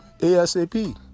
ASAP